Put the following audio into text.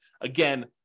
Again